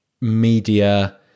media